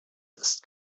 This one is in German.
ist